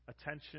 attention